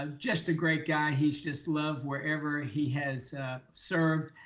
um just a great guy. he's just loved wherever he has served.